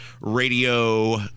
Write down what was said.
radio